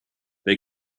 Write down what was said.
they